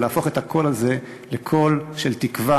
ולהפוך את הקול הזה לקול של תקווה,